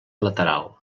lateral